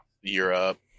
Europe